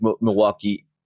Milwaukee